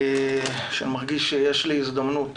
שמרגיש שיש לי הזדמנות